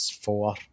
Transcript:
four